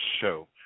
show